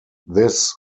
this